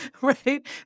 right